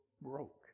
broke